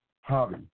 hobby